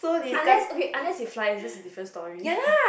unless okay unless it flies that's a different story